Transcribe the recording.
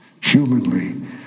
humanly